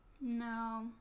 No